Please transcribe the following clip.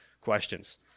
questions